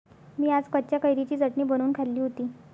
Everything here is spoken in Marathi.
मी आज कच्च्या कैरीची चटणी बनवून खाल्ली होती